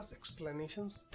explanations